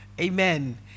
Amen